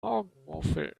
morgenmuffel